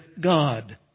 God